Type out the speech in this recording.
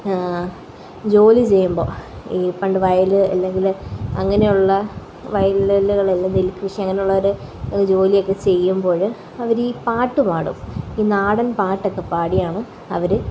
ജോലി ചെയ്യുമ്പോള് ഈ പണ്ട് വയല് അല്ലെങ്കില് അങ്ങനെയുള്ള വയലുകളില് നെല് കൃഷി അങ്ങനെയുള്ള ഒരു ജോലിയൊക്കെ ചെയ്യുമ്പോള് അവരീ പാട്ട് പാടും ഈ നാടന് പാട്ടൊക്കെ പാടിയാണ് അവര്